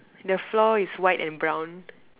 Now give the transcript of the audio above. the floor is white and brown